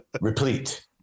replete